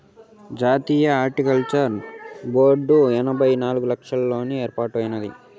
జాతీయ horticulture board ఎనభై నాలుగుల్లోనే ఏర్పాటైనాది